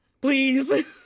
Please